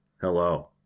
Hello